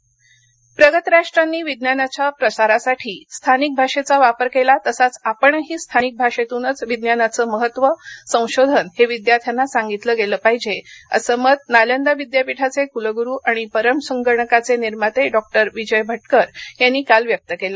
विजय भटकर लातर प्रगत राष्ट्रानी विज्ञानाच्या प्रसारासाठी स्थानिक भाषेचा वापर केला तसंच आपणही स्थानिक भाषेतूनच विज्ञानाच महत्व संशोधन हे विद्यार्थ्याना सांगितल गेल पाहिजे अस मत नालंदा विद्यापीठाचे कुलगुरु आणि परम संगणकाचा निर्माते डॉ विजय भटकर यांनी काल व्यक्त केलं